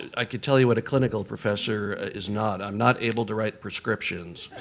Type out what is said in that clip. i could tell you what a clinical professor is not. i'm not able to write prescriptions,